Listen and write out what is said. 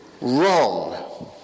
wrong